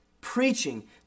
preaching